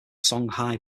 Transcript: songhai